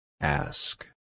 Ask